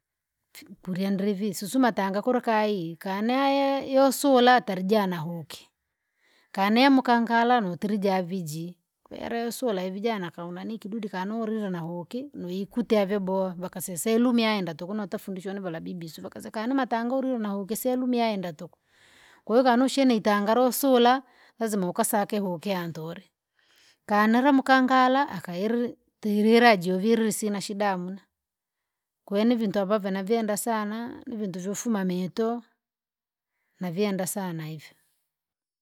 kulyandri vii susu matanga kula kayi kanaye yosura tarijana huuki, kane mukankara tulijaviji, kweresura ivijana kaunani kidudi kanaulile nahuki nuikute vyabowa vakaseseru miaenda tuku natafundishwa navala bibi suvakaze kana matango ulio na huu ukiseru miaenda tuku. kwahiyo kana ushinitanga lousula, lazima ukasake hukia ntule, kanira mkangara akairi, tirila juvile sina shida hamuna. Koo ni vintu ambavyo navyenda sana nivintu vifuma miito, nivienda sana hivyo.